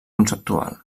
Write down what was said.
conceptual